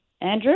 Andrew